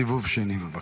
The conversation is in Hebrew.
סיבוב שני, בבקשה.